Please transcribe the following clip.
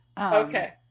Okay